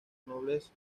nobles